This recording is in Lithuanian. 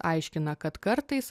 aiškina kad kartais